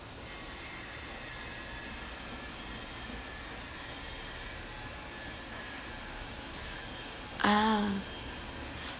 ah